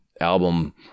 album